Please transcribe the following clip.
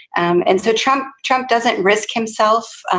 um and so trump trump doesn't risk himself